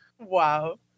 wow